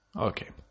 Okay